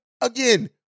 again